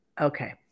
Okay